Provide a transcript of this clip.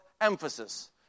emphasis